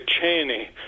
Cheney